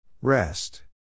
Rest